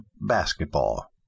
basketball